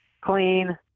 clean